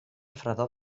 fredor